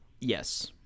Yes